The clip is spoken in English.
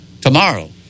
tomorrow